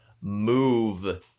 move